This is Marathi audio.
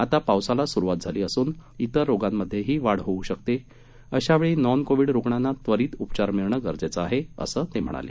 आता पावसाला सुरुवात झाली असून तिर रोगांमध्येही वाढ होऊ शकते अशा वेळी नॉन कोविड रुग्णांना त्वरित उपचार मिळण गरजेचं आहे अस त्यांनी सांगितलं